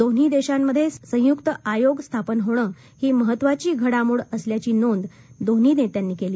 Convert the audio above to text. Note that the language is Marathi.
दोन्ही देशांमध्ये संयुक्त आयोग स्थापन होणं ही महत्त्वाची घडामोड असल्याची नोंद दोन्ही नेत्यांनी केली